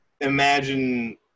imagine